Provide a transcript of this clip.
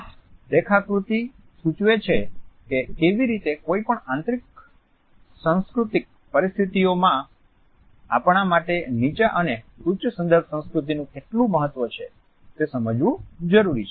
આ રેખાકૃતિ સૂચવે છે કેવી રીતે કોઈ પણ આંતર સાંસ્કૃતિક પરિસ્થિતિઓમાં આપણા માટે નીચા અને ઉચ્ચ સંદર્ભ સંસ્કૃતિનું કેટલું મહત્વ છે તે સમજવું જરૂરી છે